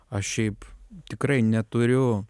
aš šiaip tikrai neturiu